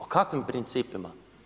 O kakvim principima?